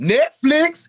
Netflix